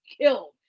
killed